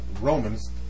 Romans